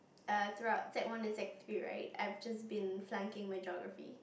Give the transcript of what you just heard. err throughout sec one and sec three right I've just been flunking my geography